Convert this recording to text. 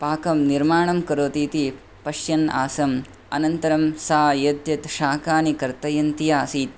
पाकं निर्माणं करोति इति पश्यन् आसन् अनन्तरं सा यत् यत् शाकानि कर्तयन्ती आसीत्